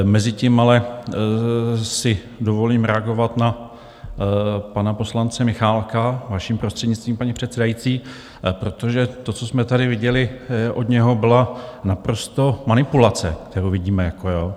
Mezitím ale si dovolím reagovat na pana poslance Michálka, vaším prostřednictvím, paní předsedající, protože to, co jsme tady viděli, od něho byla naprosto manipulace, kterou vidíme, jako jo.